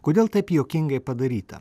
kodėl taip juokingai padaryta